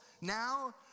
now